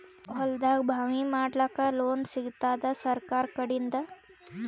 ಹೊಲದಾಗಬಾವಿ ಮಾಡಲಾಕ ಲೋನ್ ಸಿಗತ್ತಾದ ಸರ್ಕಾರಕಡಿಂದ?